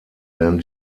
werden